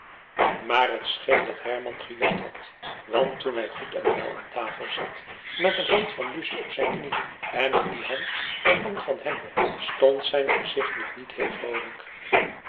maar het scheen dat herman gejokt had want toen hij goed en wel aan tafel zat met een hand van lucie op zijn knie en op die hand een hand van hem stond zijn gezicht nog niet heel vroolijk